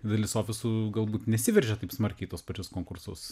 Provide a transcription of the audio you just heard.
dalis ofisų galbūt nesiveržia taip smarkiai į tuos pačius konkursus